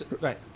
Right